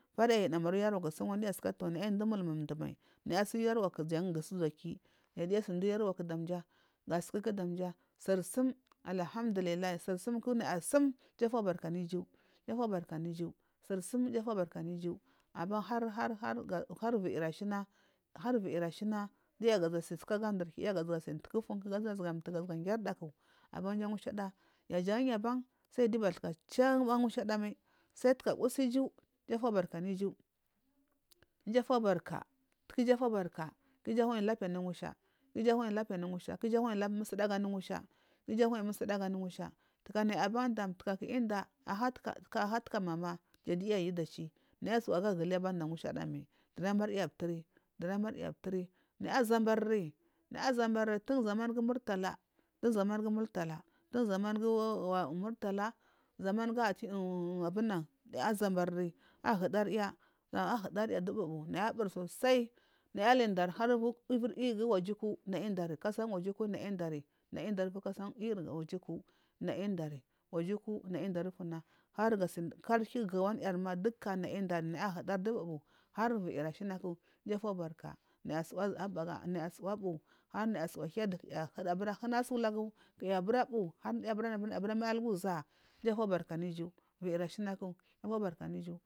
Farya yudaumari uyarwasu wanu diya naya mda umudumur mdu mai naya asi. Yarwa jan diya asi inda uyarwa ku damja ga saku danya seri sumku suri sum iju afubarka alhandalullahi suri sumku naya asum iju afubarka anu iju iju afubarka anu iju aban har har anu viyur ashiya har vayiri ashina diya ga har viyiri ashna umduri kiyi giya asinatu ufun ga giri daka aban ja ngusha jan yuban sayi yiyu bathka chu anu sayi yiyu bathka chu anu ngusha ban mai sayi taga usi anu iju iju afubarka anu iju iju fubarka taga iju fubarka ku iju anayi lapiya ana ngusha ku iju anayi musudega ana ngusha ku iju anayi musuda gu anu ngusha. Taya naya bai dam kiya inda aha taga mama jan dunayu ayu. Naya ayi suwa aya guli ban dan ngusha da mai dunamary a apturi naya azamburi. Naya zambari tun zaman ga murtala zumar gu murtala zaman guu zamia gu murtala za man gu atik. Naya azambari naya ahudari ban dam ashiay. Ahudarya du bubu ahudarja. Sai naya ali dari uvu iyi gu ojukwu. Kajai ojukwu naya indari kasai inyi oji kwu iyiri oyirkwu naya induri ufuna har gowan yarima naya intari iju afubarka har vinyi ashanaki iju afubarka viyiri ashanaku nay a suwa ahiyada ku naya ahana su ulagu ku naya abira bu vijir ashaya maya abora mayi olu zuwa iju afubarka anu iju